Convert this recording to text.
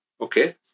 okay